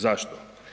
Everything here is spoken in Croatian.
Zašto?